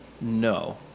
No